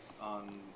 on